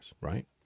right